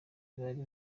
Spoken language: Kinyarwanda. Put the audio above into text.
bari